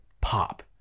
pop